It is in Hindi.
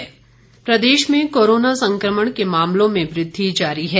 हिमाचल कोरोना प्रदेश में कोरोना संकमण के मामलों में वृद्धि जारी है